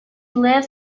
lives